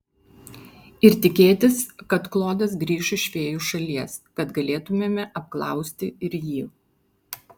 ir tikėtis kad klodas grįš iš fėjų šalies kad galėtumėme apklausti ir jį